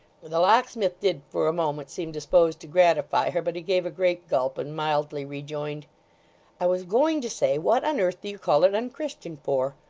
the locksmith did for a moment seem disposed to gratify her, but he gave a great gulp, and mildly rejoined i was going to say, what on earth do you call it unchristian for?